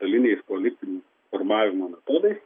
eiliniais politiniais formavimo metodais